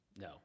No